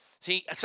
See